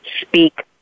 speak